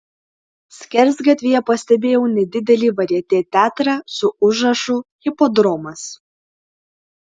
skersgatvyje pastebėjau nedidelį varjetė teatrą su užrašu hipodromas